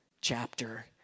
chapter